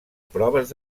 proves